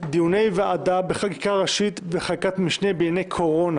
דיוני ועדה בחקיקה ראשית וחקיקת משנה בענייני קורונה